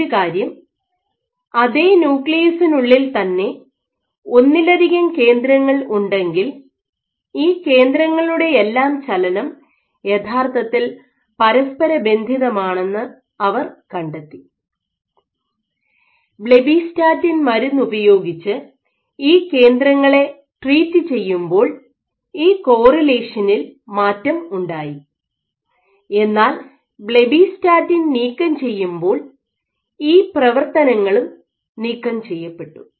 മറ്റൊരു കാര്യം അതേ ന്യൂക്ലിയസിനുള്ളിൽ തന്നെ ഒന്നിലധികം കേന്ദ്രങ്ങൾ ഉണ്ടെങ്കിൽ ഈ കേന്ദ്രങ്ങളുടെയെല്ലാം ചലനം യഥാർത്ഥത്തിൽ പരസ്പരബന്ധിതമാണെന്ന് അവർ കണ്ടെത്തി ബ്ലെബിസ്റ്റാറ്റിൻ മരുന്ന് ഉപയോഗിച്ച് ഈ കേന്ദ്രങ്ങളെ ട്രീറ്റ് ചെയ്തപ്പോൾ ഈ കോറിലേഷനിൽ മാറ്റം ഉണ്ടായി റഫർ സമയം 2621 എന്നാൽ ബ്ലെബിസ്റ്റാറ്റിൻ നീക്കം ചെയ്യുമ്പോൾ ഈ പ്രവർത്തനങ്ങളും നീക്കം ചെയ്യപ്പെട്ടു